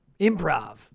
Improv